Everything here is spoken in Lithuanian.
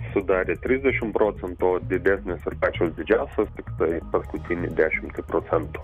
sudarė trisdešimt procentų o didesnės ir pačios didžiausios tiktai paskutinį dešimtį procentų